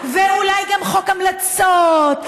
ואולי גם חוק המלצות,